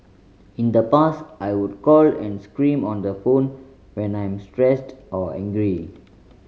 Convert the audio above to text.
in the past I would call and scream on the phone when I'm stressed or angry